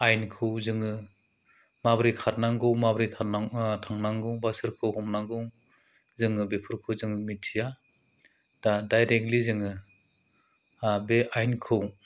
आयेनखौ जोङो माब्रै खारनांगौ माब्रै थांनांगौ बा सोरखौ हमनांगौ जोङो बेफोरखौ जों मिथिया दा डाइरेक्टलि जोङो बे आयेनखौ